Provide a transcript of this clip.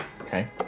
Okay